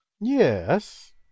Yes